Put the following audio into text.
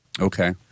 Okay